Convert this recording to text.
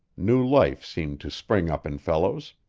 new life seemed to spring up in fellows.